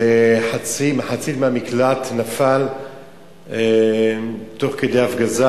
ומחצית המקלט נפלה תוך כדי הפגזה.